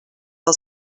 del